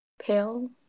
pale